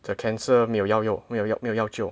the cancer 没有要用没有没有要救